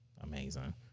amazing